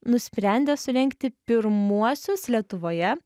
nusprendė surengti pirmuosius lietuvoje